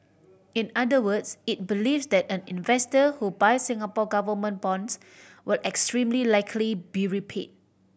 in other words it believes that an investor who buys Singapore Government bonds will extremely likely be repay